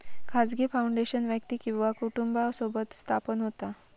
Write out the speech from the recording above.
खाजगी फाउंडेशन व्यक्ती किंवा कुटुंबासोबत स्थापन होता